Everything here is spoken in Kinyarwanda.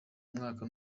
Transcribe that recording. umwaka